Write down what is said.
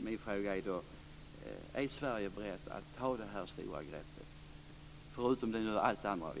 Min fråga är om Sverige är berett att ta detta stora grepp, förutom allt det andra vi gör.